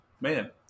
man